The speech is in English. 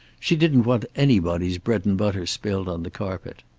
she didn't want anybody's bread and butter spilled on the carpet.